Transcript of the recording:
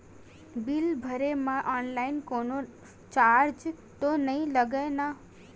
Bill भरे मा online कोनो चार्ज तो नई लागे ना?